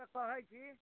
तऽ कहैत छी